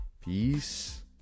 Peace